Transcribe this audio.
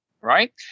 right